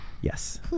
Yes